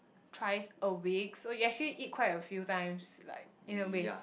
thrice a week so you actually eat quite a few times like in a way